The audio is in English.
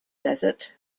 desert